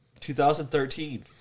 2013